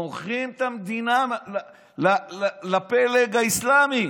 אתם מוכרים את המדינה לפלג האסלאמי.